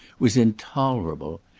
was intolerable.